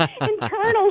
Internal